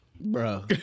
Bro